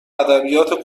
ادبیات